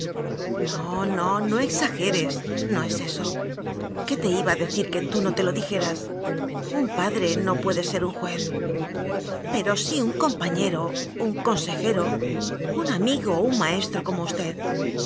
no no no exageres no es tíso qué te iba a decir que tú no te lo dijeras un pa dre no puede ser un juez pero sí un compañero un consejero un amigo o un maestro como usted